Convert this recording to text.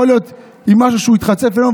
הוא יכול להיות עם משהו שהוא התחצף היום,